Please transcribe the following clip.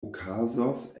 okazos